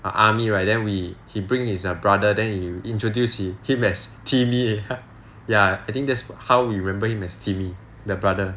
the army right then we he bring his brother then he introduced him as timmy ya I think that's how we remember him as timmy the brother